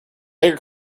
dagger